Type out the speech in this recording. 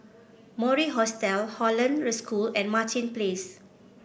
Mori Hostel Hollandse School and Martin Place